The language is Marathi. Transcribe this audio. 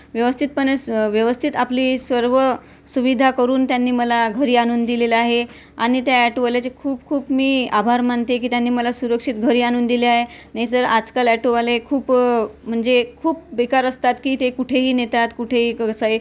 व्यवस्थितपणे स व्यवस्थित आपली सर्व सुविधा करून त्यांनी मला घरी आणून दिलेलं आहे आणि त्या ॲटोवाल्याचे खूप खूप मी आभार मानते की त्यांनी मला सुरक्षित घरी आणून दिले आहे नाहीतर आजकाल ॲटोवाले खूप म्हणजे खूप बेकार असतात की ते कुठेही नेतात कुठेही कसंही